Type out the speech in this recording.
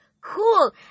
cool